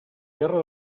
guerra